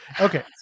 okay